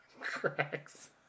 cracks